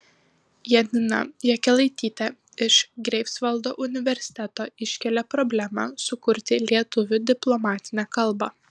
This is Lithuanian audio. janina jakelaitytė iš greifsvaldo universiteto iškelia problemą sukurti lietuvių diplomatinę kalbą